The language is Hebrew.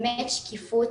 שקיפות,